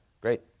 Great